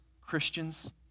Christians